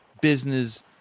business